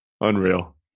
unreal